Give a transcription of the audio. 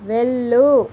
వెళ్ళు